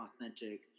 authentic